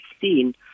seen